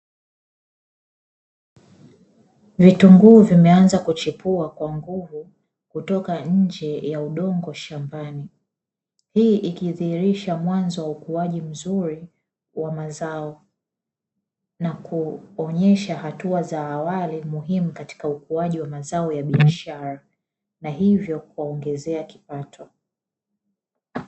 Vitunguu vimeanza kuchipua kwa nguvu kutoka nje ya udongo shambani, hii ikidhihirisha mwanzo wa ukuaji mzuri wa mazao na kuonesha hatua za awali muhimu katika ukuaji wa mazao ya biashara na hivyo kuwaongezea kipato.